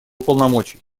полномочий